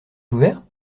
ouverts